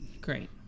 Great